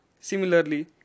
Similarly